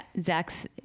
Zach's